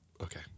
Okay